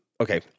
Okay